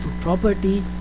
property